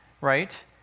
right